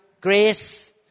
grace